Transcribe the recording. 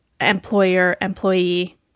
employer-employee